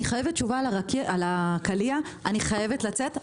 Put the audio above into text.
אני חייבת תשובה על הקליע כי אני חייבת לצאת.